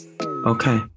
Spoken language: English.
okay